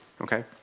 okay